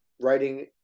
writing